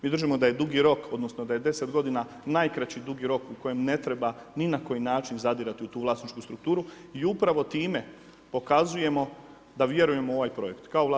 Mi držimo da je dugi rok, odnosno da je 10 godina najkraći dugi rok u kojem ne treba ni na koji način zadirati u tu vlasničku strukturu i upravo time pokazujemo da vjerujemo ovaj projekt kao Vlada RH.